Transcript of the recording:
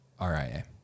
RIA